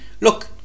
Look